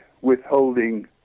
withholding